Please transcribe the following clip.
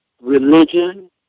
religion